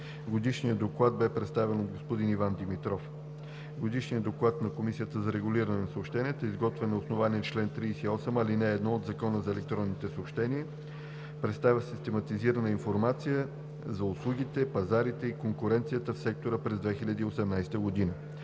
Годишният доклад бе представен от господин Иван Димитров. Годишният доклад на Комисията за регулиране на съобщенията, изготвен на основание на чл. 38, ал. 1 от Закона за електронните съобщения, представя систематизирана информация за услугите, пазарите и конкуренцията в сектора през 2018 г.,